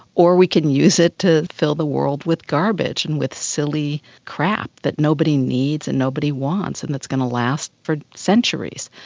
or we could use it to fill the world with garbage and with silly crap that nobody needs and nobody wants and it's going to last for centuries.